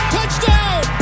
Touchdown